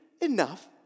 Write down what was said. enough